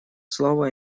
слово